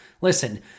Listen